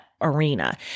arena